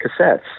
cassettes